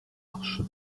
marche